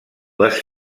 les